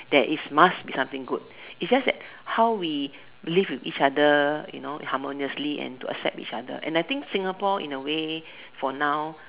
that is must be something good is just that how we live with each other you know harmoniously and to accept each other and I think Singapore in a way for now